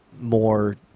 more